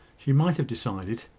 she might have decided,